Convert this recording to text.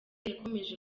yakomeje